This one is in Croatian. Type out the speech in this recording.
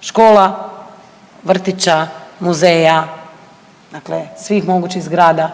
škola, vrtića, muzeja, dakle, svih mogućih zgrada